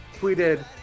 tweeted